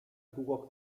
długo